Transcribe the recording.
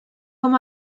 com